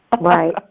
Right